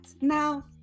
now